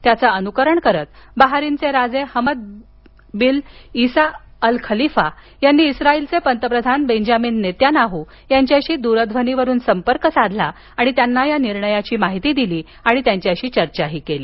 त्याचे अनुकरणकरत बाहरेनचे राजे Hamad bin Isa al Khalifa यांनी इस्राईलचे पंतप्रधान बेन्जामिन नेत्यानाहू यांच्याशी दूरध्वनिवरून संपर्क साधून त्यांना या निर्णयाची माहिती दिलीआणि त्यांच्याशी चर्चाही केली